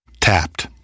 Tapped